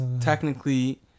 technically